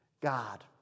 God